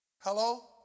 Hello